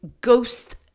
ghost